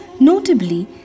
notably